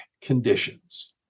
conditions